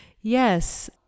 Yes